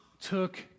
took